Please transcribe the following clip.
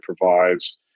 provides